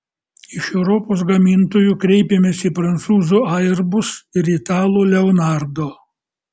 iš europos gamintojų kreipėmės į prancūzų airbus ir italų leonardo